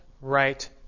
right